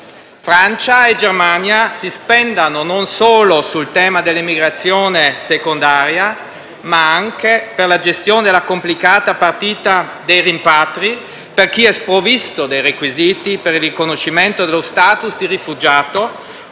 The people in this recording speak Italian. Francia e Germania si spendano non solo sul tema dell'immigrazione secondaria, ma anche per la gestione della complicata partita dei rimpatri per chi è sprovvisto dei requisiti per il riconoscimento dello *status* di rifugiato,